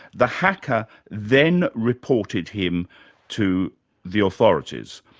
the hacker then reported him to the authorities.